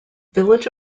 village